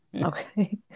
okay